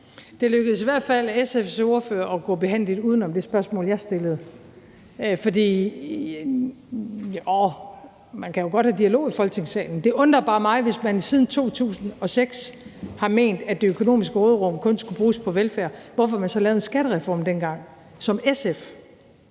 Det lykkedes i hvert fald SF's ordfører at gå behændigt uden om det spørgsmål, jeg stillede. Man kan jo godt have en dialog i Folketingssalen. Det undrer bare mig, hvorfor man i SF, hvis man siden 2006 har ment, at det økonomiske råderum kun skulle bruges på velfærd, så lavede en skattereform dengang – i